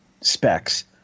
specs